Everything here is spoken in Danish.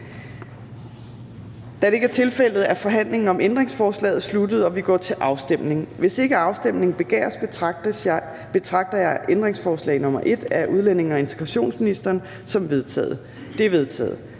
Da det ikke er tilfældet, er forhandlingen om ændringsforslaget sluttet, og vi går til afstemning. Kl. 10:13 Afstemning Fjerde næstformand (Trine Torp): Hvis ikke afstemning begæres, betragter jeg ændringsforslag nr. 1 af udlændinge- og integrationsministeren som vedtaget. Det er vedtaget.